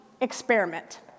experiment